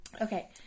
Okay